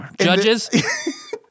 judges